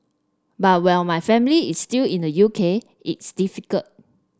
but while my family is still in the U K it's difficult